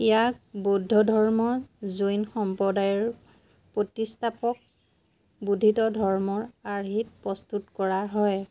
ইয়াক বৌদ্ধ ধৰ্মৰ জৈন সম্প্ৰদায়ৰ প্ৰতিষ্ঠাপক বোধিত ধৰ্মৰ আৰ্হিত প্ৰস্তুত কৰা হয়